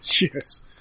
Yes